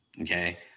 okay